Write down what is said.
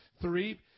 three